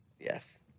Yes